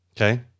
Okay